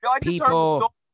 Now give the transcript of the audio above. people